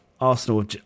arsenal